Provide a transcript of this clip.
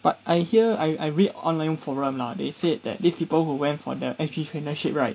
but I hear I I read online forum lah they said that these people who went for the S_G traineeship right